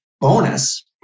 bonus